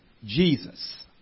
Jesus